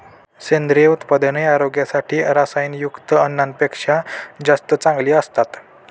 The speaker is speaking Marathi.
सेंद्रिय उत्पादने आरोग्यासाठी रसायनयुक्त अन्नापेक्षा जास्त चांगली असतात